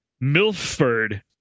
Milford